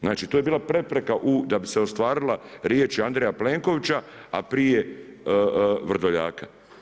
Znači to je bila prepreka u da bi se ostvarila riječi Andreja Plenkovića, a prije Vrdoljaka.